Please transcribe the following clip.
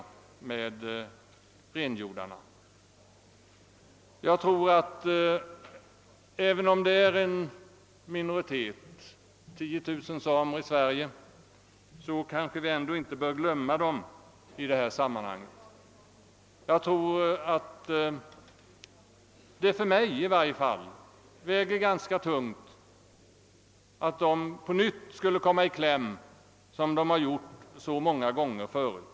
Även om samerna är en minoritet — det finns 10 000 i Sverige — bör vi ändå inte glömma dem i detta sammanhang, så att de på nytt kommer i kläm, som de har gjort så många gånger förut.